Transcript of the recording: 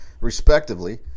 respectively